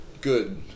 good